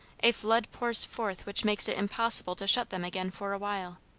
a flood pours forth which makes it impossible to shut them again for a while.